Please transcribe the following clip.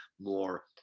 more